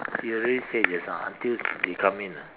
he already said just now until they come in ah